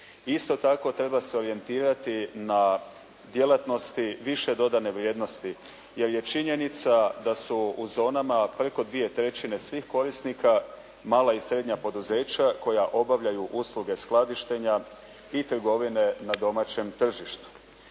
Isto tako treba se orijentirati na djelatnosti više dodane vrijednosti jer je činjenica da su u zonama preko dvije trećine svih korisnika, mala i srednja poduzeća koja obavljaju usluge skladištenja i trgovine na domaćem tržištu.